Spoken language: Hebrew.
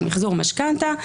של מחזור משכנתה,